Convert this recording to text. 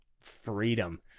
freedom